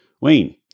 Wayne